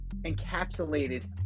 encapsulated